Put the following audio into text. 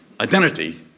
identity